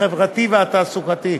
החברתי והתעסוקתי,